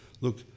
Look